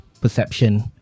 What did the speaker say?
perception